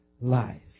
life